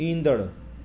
ईंदड़ु